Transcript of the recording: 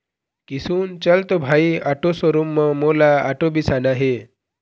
किसुन चल तो भाई आटो शोरूम म मोला आटो बिसाना हे